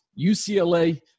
UCLA